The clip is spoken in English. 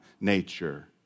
nature